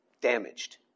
Damaged